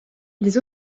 les